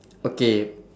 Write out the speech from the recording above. okay